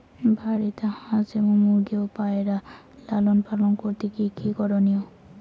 বাড়িতে হাঁস এবং মুরগি ও পায়রা লালন পালন করতে কী কী করণীয়?